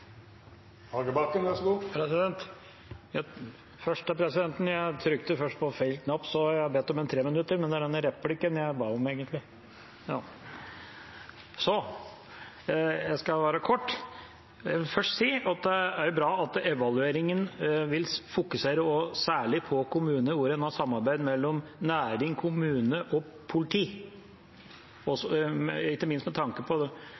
Hagebakken. Det vert replikkordskifte. Jeg skal være kort. Jeg vil først si at det er bra at evalueringen vil fokusere særlig på kommuner hvor en har samarbeid mellom næring, kommune og politi, ikke minst med tanke på å drive forebyggende arbeid og ikke bare straffe. Når det